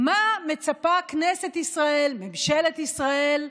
מה מצפה כנסת ישראל, ממשלת ישראל,